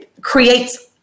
creates